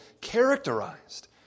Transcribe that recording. characterized